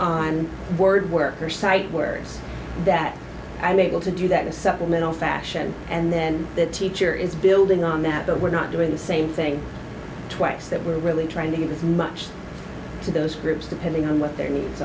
on board work or sight words that i'm able to do that a supplemental fashion and then the teacher is building on that but we're not doing the same thing twice that we're really trying to get as much to those groups depending on what